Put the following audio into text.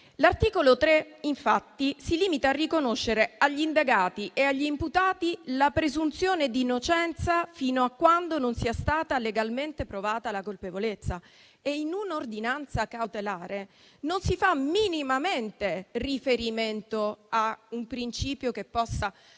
L'articolo 3 si limita infatti a riconoscere agli indagati e agli imputati la presunzione d'innocenza fino a quando non sia stata legalmente provata la colpevolezza e in un'ordinanza cautelare non si fa minimamente riferimento a un principio che possa